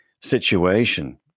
situation